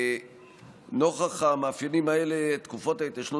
נוכח המאפיינים האלה תקופות ההתיישנות